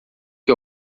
que